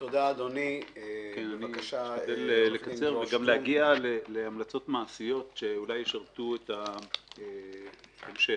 אני אשתדל לקצר ולהגיע להמלצות מעשיות שאולי ישרתו את ההמשך.